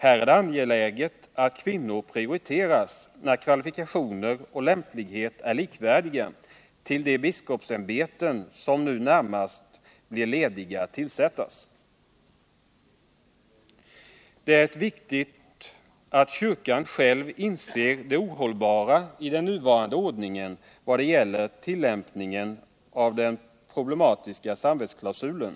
Här är det angeläget att kvinnor. när kvalifikationer och lämplighet är likvärdiga. prioriteras till de biskopsämbeten som nu närmast blir lediga att tillsättas. Det är viktigt att kyrkan själv inser det ohållbara + den nuvarande ordningen vad gäller tillämpningen av den problematiska sam vetsklausulen.